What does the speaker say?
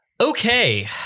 Okay